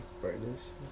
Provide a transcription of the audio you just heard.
Brightness